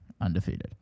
undefeated